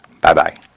Bye-bye